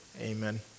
amen